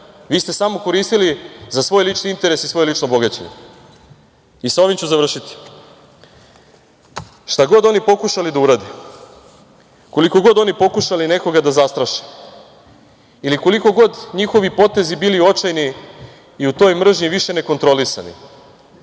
vi ste samo koristili za svoj lični interes i svoje lično bogaćenje? Ovim ću završiti. Šta god oni pokušali da urade, koliko god oni pokušali nekoga da zastraše ili koliko god njihovi potezi bili očajni i u toj mržnji više nekontrolisani,